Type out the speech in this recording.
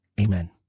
Amen